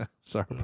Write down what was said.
Sorry